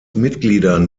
mitgliedern